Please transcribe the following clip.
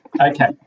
Okay